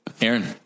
Aaron